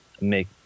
make